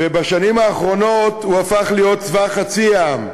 ובשנים האחרונות הוא הפך להיות צבא חצי העם,